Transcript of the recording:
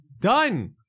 done